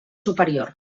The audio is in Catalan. superior